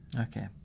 Okay